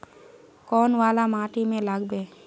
कौन वाला माटी में लागबे?